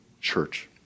church